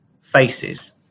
faces